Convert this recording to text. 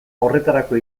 horretarako